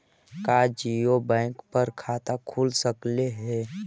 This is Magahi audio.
का जिरो बैलेंस पर खाता खुल सकले हे?